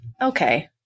Okay